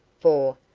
for,